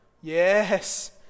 Yes